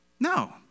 No